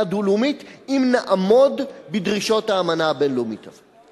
דו-לאומית אם נעמוד בדרישות האמנה הבין-לאומית הזאת.